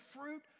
fruit